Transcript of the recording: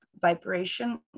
vibration